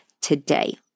today